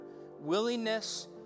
willingness